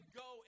go